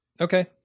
okay